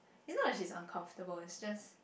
you know as she is uncomfortable and stress